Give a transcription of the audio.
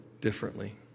differently